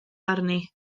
arni